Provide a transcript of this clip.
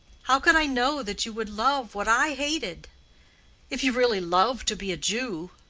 how could i know that you would love what i hated if you really love to be a jew.